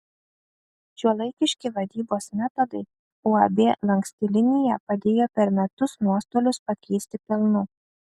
šiuolaikiški vadybos metodai uab lanksti linija padėjo per metus nuostolius pakeisti pelnu